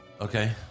Okay